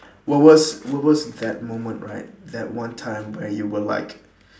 what was what was that moment right that one time where you were like